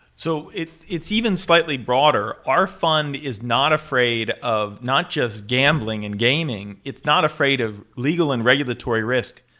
so it's even it's even slightly broader. our fund is not afraid of not just gambling and gaming, it's not afraid of legal and regulatory risk.